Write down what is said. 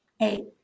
eight